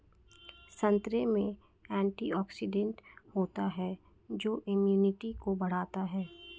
संतरे में एंटीऑक्सीडेंट होता है जो इम्यूनिटी को बढ़ाता है